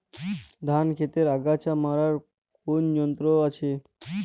ধান ক্ষেতের আগাছা মারার কোন যন্ত্র আছে?